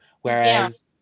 whereas